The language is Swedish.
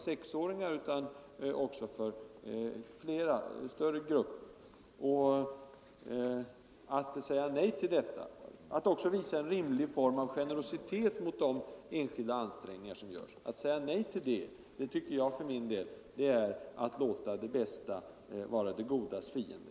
Samhället bör visa en rimlig generositet mot de enskilda ansträngningar som görs. Att säga nej till det, är att låta det bästa vara det godas fiende.